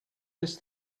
this